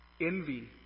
envy